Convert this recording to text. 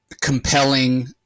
compelling